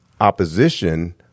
opposition